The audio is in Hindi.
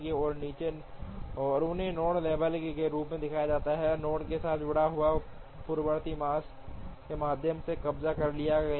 और उन्हें नोड लेबल के रूप में दिखाया गया है नोड के साथ जुड़ा हुआ है पूर्ववर्ती आर्क्स के माध्यम से कब्जा कर लिया गया है